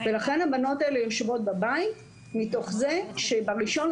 ולכן הבנות האלה יושבות בבית וב-1 בחודש